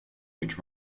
which